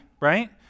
right